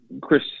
Chris